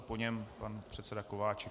Po něm pan předseda Kováčik.